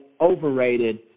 overrated